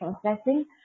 processing